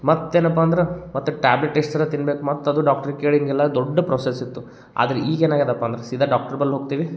ಮತ್ತು ಏನಪ್ಪ ಅಂದ್ರೆ ಮತ್ತು ಟ್ಯಾಬ್ಲೆಟ್ ಎಷ್ಟು ಸಲ ತಿನ್ಬೇಕು ಮತ್ತು ಅದು ಡಾಕ್ಟ್ರಿಗೆ ಕೇಳೊಂಗಿಲ್ಲ ದೊಡ್ಡ ಪ್ರೋಸೆಸಿತ್ತು ಆದ್ರೆ ಈಗ ಏನಾಗ್ಯದಪ್ಪ ಅಂದ್ರೆ ಸೀದಾ ಡಾಕ್ಟ್ರ ಬಳ್ ಹೋಗ್ತೀವಿ